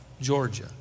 Georgia